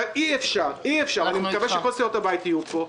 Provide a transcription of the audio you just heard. אני מקווה שכל סיעות הבית יהיו פה.